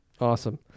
awesome